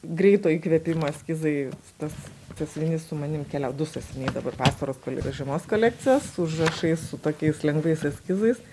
greito įkvėpimo eskizai tas sasiuvinis su manim keliau du sasiuviniai dabar vasaros žiemos kolekcijos su užrašais su tokiais lengvais eskizais